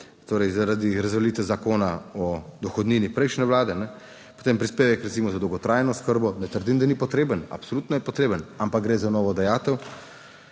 torej zaradi razveljavitve Zakona o dohodnini prejšnje Vlade. Potem prispevek recimo za dolgotrajno oskrbo. Ne trdim, da ni potreben, absolutno je potreben, ampak gre za novo dajatev.